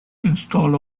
installed